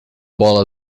bola